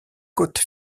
côte